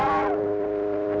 oh